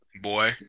boy